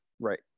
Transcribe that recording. right